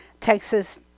Texas